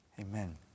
Amen